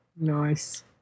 Nice